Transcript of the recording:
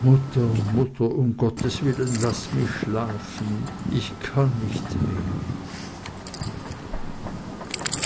mutter mutter um gottes willen laß mich schlafen ich kann nicht mehr